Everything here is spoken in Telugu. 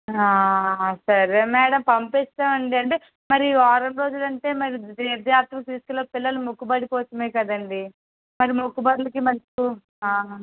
సరే మేడం పంపిస్తాం అండి అంటే మరి ఈ వారం రోజులు అంటే మరి తీర్థయాత్రలు తీసుకెళ్ళేది పిల్లలు మొక్కుబళ్ళు కోసమే కదండి మరి మొక్కుబళ్ళుకి మళ్ళీ